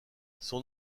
son